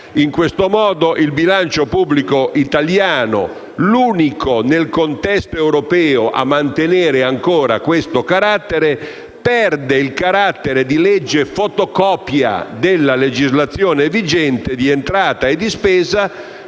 In questo modo, il bilancio pubblico italiano - l'unico, nel contesto europeo, a mantenere ancora questa caratteristica - perde il carattere di legge fotocopia della legislazione vigente di entrata e di spesa,